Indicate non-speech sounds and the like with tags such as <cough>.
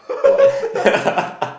why <laughs>